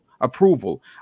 approval